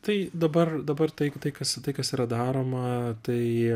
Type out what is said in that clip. tai dabar dabar tai tai kas kas yra daroma tai